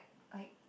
like